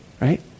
right